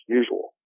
usual